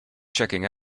checking